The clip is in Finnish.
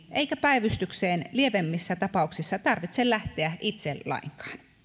eikä päivystykseen lievemmissä tapauksissa tarvitse lähteä itse lainkaan